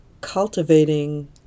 cultivating